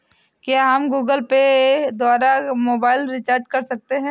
क्या हम Google Pay द्वारा मोबाइल रिचार्ज कर सकते हैं?